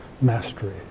mastery